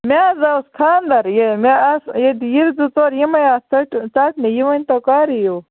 مےٚ حظ اوس خانٛدر یہِ مےٚ ٲس ییٚتہِ وِرِ زٕ ژور یِمٕے آسہِ ژٹ ژٹنہِ یہِ ؤنۍتو کَر یِیِو